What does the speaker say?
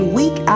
week